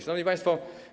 Szanowni Państwo!